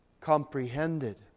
comprehended